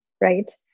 right